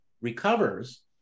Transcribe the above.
recovers